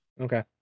okay